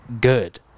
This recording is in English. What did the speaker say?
good